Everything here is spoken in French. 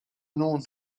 nom